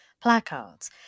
placards